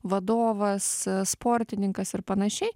vadovas sportininkas ir panašiai